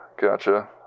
Gotcha